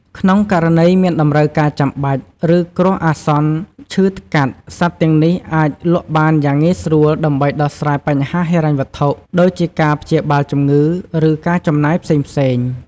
ក្នុងករណីមានតម្រូវការចាំបាច់ ឬគ្រោះអាសន្ន ឈឺស្កាត់ សត្វទាំងនេះអាចលក់បានយ៉ាងងាយស្រួលដើម្បីដោះស្រាយបញ្ហាហិរញ្ញវត្ថុ ដូចជាការព្យាបាលជំងឺ ឬការចំណាយផ្សេងៗ។